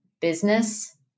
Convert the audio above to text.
business